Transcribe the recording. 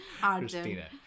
Christina